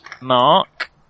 Mark